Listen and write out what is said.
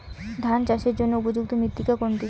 ধান চাষের জন্য উপযুক্ত মৃত্তিকা কোনটি?